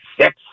six